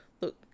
Look